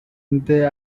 they